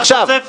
מתי היא חתמה?